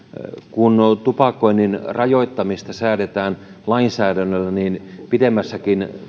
kun tupakoinnin rajoittamisesta säädetään lainsäädännöllä niin pidemmällä